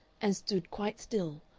and stood quite still,